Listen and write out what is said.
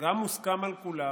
גם מוסכם על כולם